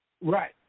Right